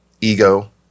ego